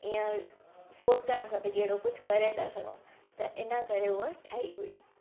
ईअं सोचणु खपे की अहिड़ो कुझु करे था सघूं त इन करे उहे ठाही हुई